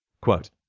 Quote